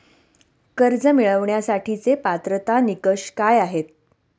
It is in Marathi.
कर्ज मिळवण्यासाठीचे पात्रता निकष काय आहेत?